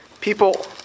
People